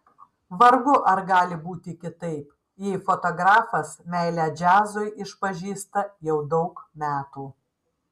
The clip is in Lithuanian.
vargu ar gali būti kitaip jei fotografas meilę džiazui išpažįsta jau daug metų